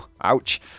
ouch